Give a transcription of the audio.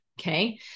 okay